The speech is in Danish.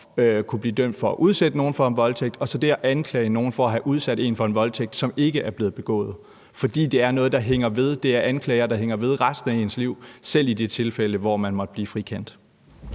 normalstraf for at udsætte nogen for voldtægt – og så det at anklage nogen for at have udsat en for en voldtægt, som ikke er blevet begået. For det er noget, der hænger ved. Det er anklager, der hænger ved resten af ens liv, selv i de tilfælde, hvor man måtte blive frikendt.